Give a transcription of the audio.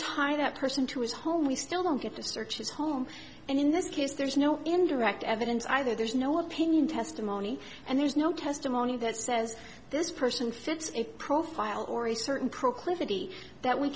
tie that person to his home we still don't get to search his home and in this case there's no indirect evidence either there's no opinion testimony and there's no testimony that says this person fits a profile or a certain proclivity that we